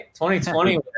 2020